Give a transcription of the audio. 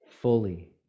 fully